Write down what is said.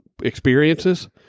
experiences